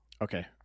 okay